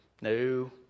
No